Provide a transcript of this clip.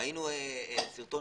ראניו סרטון